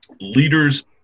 leaders